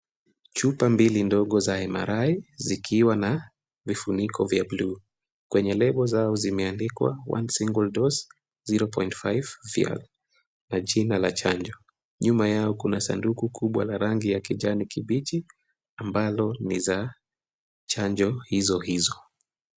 Chupa mbili ndogo za MRI zikiwa na vifuniko vya bluu , kwenye lebo zao zimeandikwa one single dose 0.5ml na jina la chanjo , nyuma yao kuna sanduku kubwa la rangi ya kijani kibichi ambalo ni za chanjo hizo hizo .